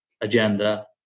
agenda